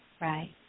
Right